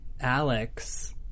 Alex